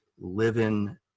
live-in